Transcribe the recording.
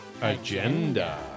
Agenda